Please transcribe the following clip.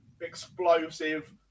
explosive